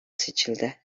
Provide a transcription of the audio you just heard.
seçildi